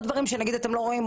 דברים נוספים שאתם לא רואים,